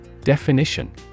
Definition